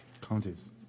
counties